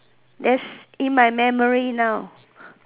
that's in my memory now